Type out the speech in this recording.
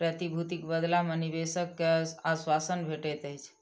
प्रतिभूतिक बदला मे निवेशक के आश्वासन भेटैत अछि